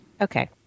Okay